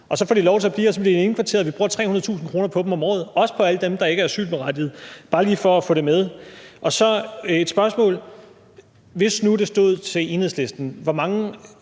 og så bliver de indkvarteret. Vi bruger 300.000 kr. om året på dem, inklusive alle dem, der ikke er asylberettigede. Det er bare lige for at få det med. Så har jeg et spørgsmål: Hvis nu det stod til Enhedslisten, hvor mange